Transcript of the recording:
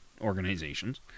organizations